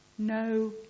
no